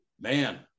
man